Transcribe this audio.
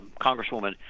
congresswoman